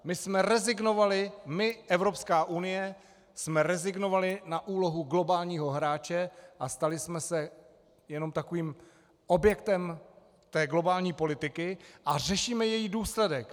My jsme rezignovali, my, Evropská unie, jsme rezignovali na úlohu globálního hráče a stali jsme se jenom takovým objektem té globální politiky a řešíme její důsledek.